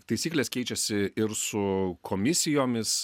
taisyklės keičiasi ir su komisijomis